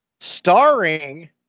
Starring